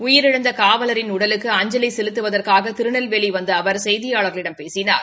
உயிரிழந்த காவலின் உடலுக்கு அஞ்சலி செலுத்துவதற்காக திருநெல்வேலி வந்த அவா செய்தியாளர்களிடம் பேசினார்